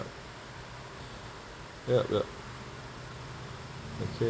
ya ya okay